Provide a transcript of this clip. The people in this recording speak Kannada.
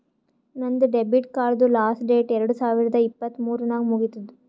ನಂದ್ ಡೆಬಿಟ್ ಕಾರ್ಡ್ದು ಲಾಸ್ಟ್ ಡೇಟ್ ಎರಡು ಸಾವಿರದ ಇಪ್ಪತ್ ಮೂರ್ ನಾಗ್ ಮುಗಿತ್ತುದ್